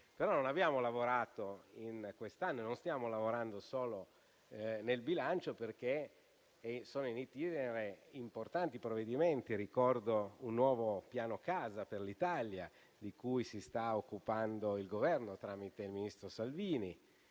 però non abbiamo lavorato e non stiamo lavorando solo al bilancio, perché sono *in itinere* importanti provvedimenti: ricordo il nuovo piano casa per l'Italia di cui si sta occupando il Governo, tramite il ministro Salvini;